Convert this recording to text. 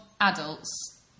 adults